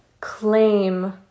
claim